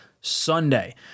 sunday